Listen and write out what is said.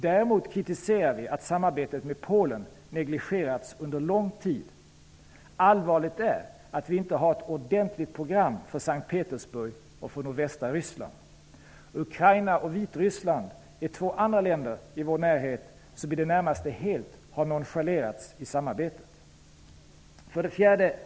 Däremot kritiserar vi att samarbetet med Polen negligerats under lång tid. Allvarligt är att vi inte har ett ordentligt program för S:t Petersburg och för nordvästra Ryssland. Ukraina och Vitryssland är två andra länder i vår närhet som i det närmaste helt har nonchalerats i samarbetet. 4.